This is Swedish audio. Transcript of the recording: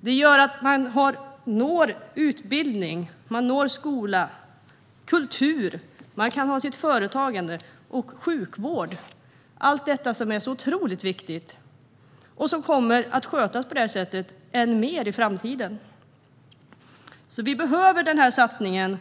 Det gör att man når utbildning, skola och kultur. Man kan ha företagande och sjukvård. Allt detta är otroligt viktigt, och det kommer att skötas på det här sättet än mer i framtiden. Vi behöver den här satsningen.